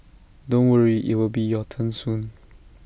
don't worry IT will be your turn soon